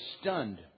stunned